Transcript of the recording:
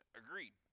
agreed